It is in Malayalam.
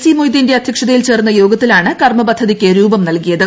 സി മൊയ്തീന്റെ അധ്യക്ഷതയിൽ ചേർന്ന യോഗത്തിലാണ് കർമ്മ പദ്ധതിക്ക് രൂപം നൽകിയത്